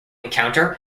encounter